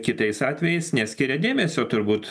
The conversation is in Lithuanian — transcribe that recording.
kitais atvejais neskiria dėmesio turbūt